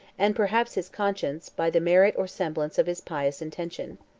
and perhaps his conscience, by the merit or semblance of his pious intention.